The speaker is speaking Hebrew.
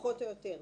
פחות או יותר.